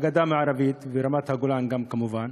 הגדה המערבית ורמת-הגולן גם כמובן,